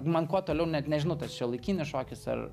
man kuo toliau net nežinau tas šiuolaikinis šokis ar